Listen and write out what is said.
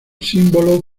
símbolo